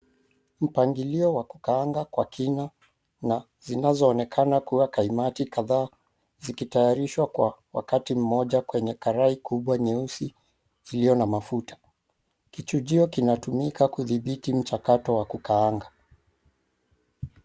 Mpangilio wa kukaanga kwa kina na zinazoonekana kuwa kaimati zikitayarishwa kwa wakati mmoja kwenye karai kubwa moja nyeusi iliyo na mafuta. Kichujio kinatumika kudhibiti mchakato wa kukaanga.